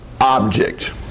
object